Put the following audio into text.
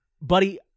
Buddy